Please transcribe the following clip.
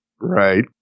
Right